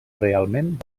realment